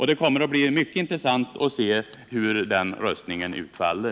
Det kommer att bli mycket intressant att se hur den omröstningen utfaller.